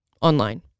online